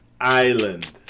island